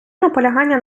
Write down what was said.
наполягання